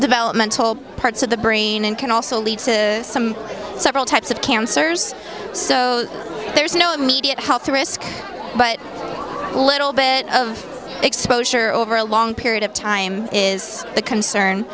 developmental parts of the brain and can also lead to some several types of cancers so there's no immediate health risk but little bit of exposure over a long period of time is a concern